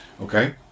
Okay